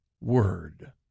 word